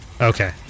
Okay